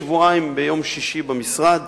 ביום שישי לפני שבועיים היו אצלי במשרד